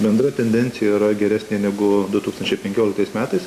bendra tendencija yra geresnė negu du tūkstančiai penkioliktais metais